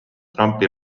trumpi